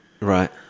Right